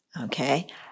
okay